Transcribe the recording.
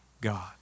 God